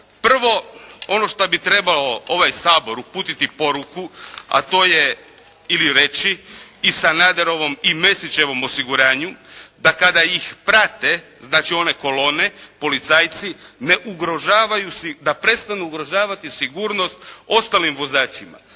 Prvo ono što bi trebao ovaj Sabor uputiti poruku, a to je ili reći i Sanaderovom i Mesićevom osiguranju da kada ih prate, znači one kolone, policajci ne ugrožavaju, da prestanu ugrožavati sigurnost ostalim vozačima.